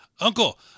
Uncle